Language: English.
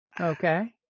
Okay